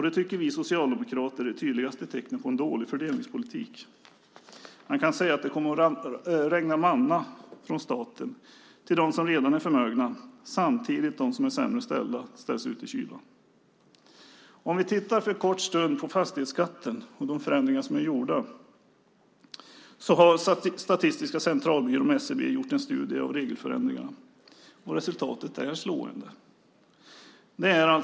Det tycker vi socialdemokrater är det tydligaste tecknet på en dålig fördelningspolitik. Det kommer att regna manna från staten över dem som redan är förmögna, samtidigt som dem som har det sämre ställt hamnar ute i kylan. Låt oss för en kort stund titta på fastighetsskatten och de förändringar som är gjorda. Statistiska centralbyrån, SCB, har gjort en studie av regelförändringarna. Resultatet är slående.